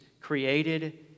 created